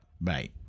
Bye